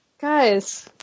guys